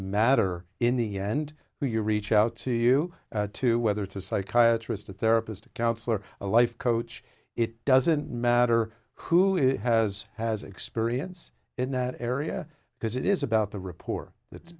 matter in the end when you reach out to you too whether it's a psychiatrist a therapist a counselor a life coach it doesn't matter who it has has experience in that area because it is about the report that's